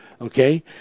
okay